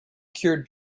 cured